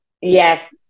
yes